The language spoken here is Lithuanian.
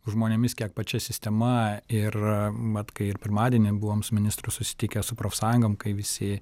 žmonėmis kiek pačia sistema ir mat kai ir pirmadienį buvom su ministru susitikę su profsąjungom kai visi